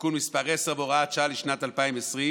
(תיקון מס' 10 והוראת שעה לשנת 2020),